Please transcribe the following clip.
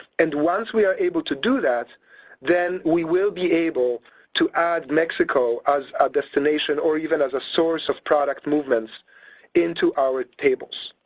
and once we are able to do that then, we will be able to add mexico as a destination or even as a source of product movements into our tables,